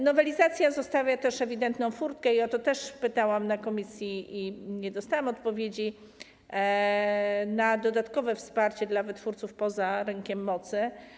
Nowelizacja zostawia też ewidentną furtkę - i o to też pytałam na posiedzeniu komisji i nie dostałam odpowiedzi - na dodatkowe wsparcie dla wytwórców poza rynkiem mocy.